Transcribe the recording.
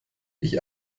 ich